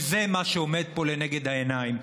וזה מה שעומד פה לנגד העיניים.